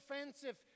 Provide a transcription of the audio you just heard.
offensive